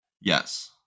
Yes